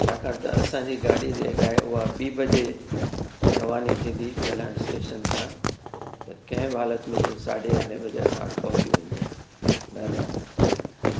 छाकाणि त असांजी गाॾी जेका आहे उहा ॿीं बजे रवानी थींदी कल्याण स्टेशन तां त कंहिं बि हालत में तूं साढे यारहें बजे असां वटि पहुची वञिजे महिरबानी